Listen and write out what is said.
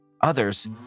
Others